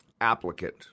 Applicant